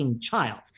child